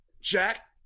Jack